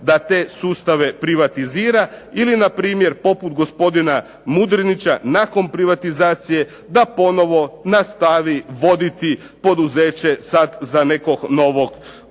da te sustave privatizira, ili npr. poput gospodina Mudrinića, nakon privatizacije da ponovo nastavi voditi poduzeće sad za nekog novog